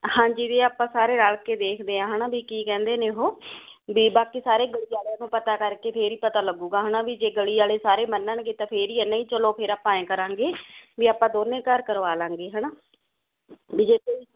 ਹਾਂਜੀ ਦੀ ਆਪਾਂ ਸਾਰੇ ਰਲ ਕੇ ਦੇਖਦੇ ਆਂ ਹਨਾ ਵੀ ਕੀ ਕਹਿੰਦੇ ਨੇ ਉਹ ਵੀ ਬਾਕੀ ਸਾਰੇ ਗਲੀ ਵਾਲਿਆਂ ਨੂੰ ਪਤਾ ਕਰਕੇ ਫੇਰ ਹੀ ਪਤਾ ਲੱਗੂਗਾ ਹਨਾ ਵੀ ਜੇ ਗਲੀ ਵਾਲੇ ਸਾਰੇ ਮੰਨਣਗੇ ਤਾਂ ਫਿਰ ਹੀ ਨਹੀਂ ਚਲੋ ਫਿਰ ਆਪਾਂ ਐ ਕਰਾਂਗੇ ਵੀ ਆਪਾਂ ਦੋਨੇ ਘਰ ਕਰਵਾ ਲਾਂਗੇ ਹਨਾ ਵੀ ਜੇ